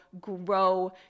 grow